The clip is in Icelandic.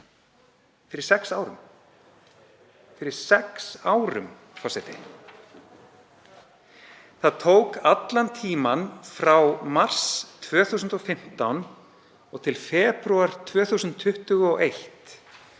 fyrir sex árum. Fyrir sex árum, forseti. Það tók allan tímann frá mars 2015 og til febrúar 2021